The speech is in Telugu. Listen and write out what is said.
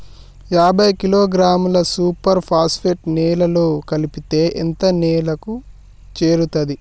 యాభై కిలోగ్రాముల సూపర్ ఫాస్ఫేట్ నేలలో కలిపితే ఎంత నేలకు చేరుతది?